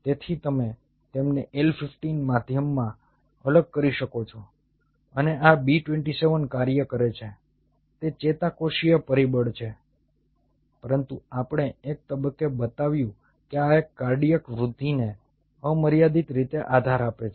તેથી તમે તેમને L 15 માધ્યમમાં અલગ કરી શકો છો અને આ B 27 કાર્ય કરે છે તે ચેતાકોષીય પરિબળ છે પરંતુ આપણે એક તબક્કે બતાવ્યું કે આ કાર્ડિયાક વૃદ્ધિને અમર્યાદિત રીતે આધાર આપે છે